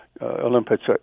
olympics